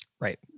Right